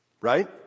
Right